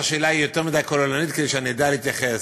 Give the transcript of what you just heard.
השאלה היא יותר מדי כוללנית כדי שאני אדע להתייחס.